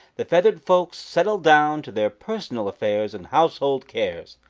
the feathered folks settled down to their personal affairs and household cares,